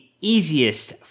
easiest